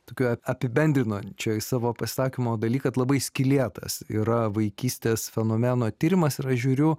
tokioje apibendrinančioje savo pasakymo dalyje kad labai skylėtas yra vaikystės fenomeno tyrimas yra žiūriu